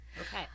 Okay